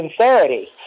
sincerity